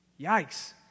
Yikes